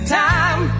time